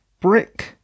Brick